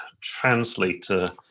translator